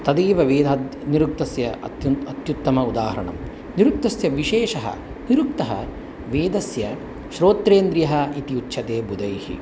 तदेव वेदात् निरुक्तस्य अत्यंतम् अत्युत्तमम् उदाहरणं निरुक्तस्य विशेषः निरुक्तः वेदस्य श्रोत्रेन्द्रियः इति उच्यते बुधैः